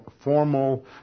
formal